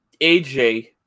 AJ